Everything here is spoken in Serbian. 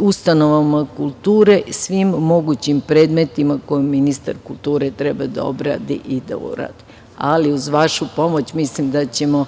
ustanovama kulture, svim mogućim predmetima koje ministar kulture treba da obradi i da uradi. Ali, uz vašu pomoć, mislim da ćemo